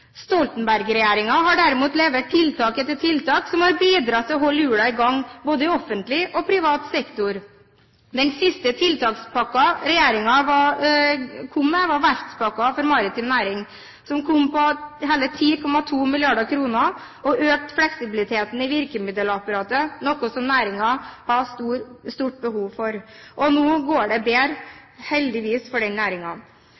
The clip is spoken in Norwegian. Stoltenberg-regjeringen har derimot levert tiltak etter tiltak, som har bidratt til å holde hjulene i gang både i offentlig og privat sektor. Den siste tiltakspakken regjeringen kom med, var verftspakken for maritim næring, som kom på hele 10,2 mrd. kr og økte fleksibiliteten i virkemiddelapparatet, noe som næringen har stort behov for. Nå går det